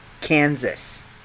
Kansas